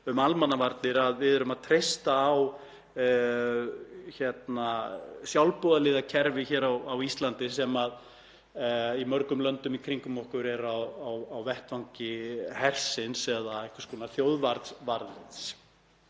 um almannavarnir að við erum að treysta á sjálfboðaliðakerfi á Íslandi sem í mörgum löndum í kringum okkur er á vettvangi hersins eða einhvers konar þjóðvarðar.